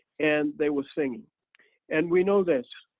and they were singing and we know this.